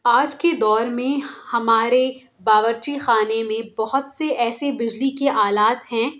آج کے دور میں ہمارے باورچی خانے میں بہت سے ایسے بجلی کے آلات ہیں